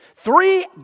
Three